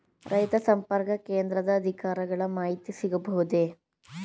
ರೈತ ಸಂಪರ್ಕ ಕೇಂದ್ರದ ಅಧಿಕಾರಿಗಳ ಮಾಹಿತಿ ಸಿಗಬಹುದೇ?